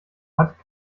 hat